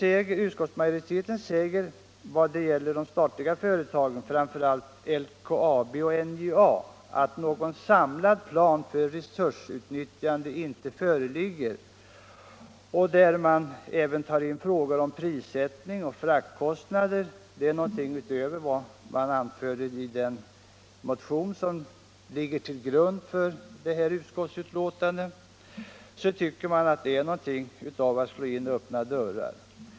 När utskottsmajoriteten säger att det i vad gäller de statliga företagen, framför allt LKAB och NJA, inte föreligger någon samlad plan för resursutnyttjande där även frågor om prissättning och fraktkostnader tas in — det är någonting utöver vad som har anförts i den motion som ligger till grund för utskottsbetänkandet — tycker man att det är något av att slå in öppna dörrar.